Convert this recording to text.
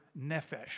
nefesh